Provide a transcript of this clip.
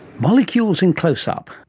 molecules in close-up.